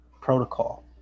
protocol